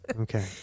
Okay